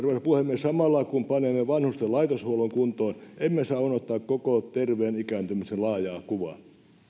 puhemies samalla kun panemme vanhusten laitoshuollon kuntoon emme saa unohtaa koko terveen ikääntymisen laajaa kuvaa